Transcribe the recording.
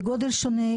בגודל שונה,